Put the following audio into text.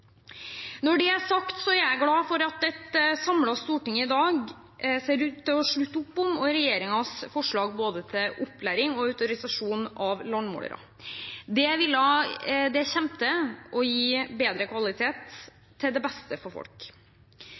Når det er sagt, er jeg glad for at et samlet storting i dag ser ut til å slutte opp om regjeringens forslag både til opplæring og autorisasjon av landmålere. Det kommer til å gi bedre kvalitet – til det beste for folk.